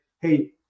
hey